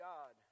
God